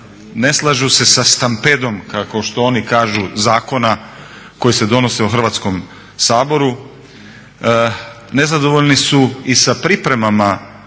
ne slažu se sa stampedom kako oni kažu zakona koji se donose u Hrvatskom saboru, nezadovoljni su i sa pripremama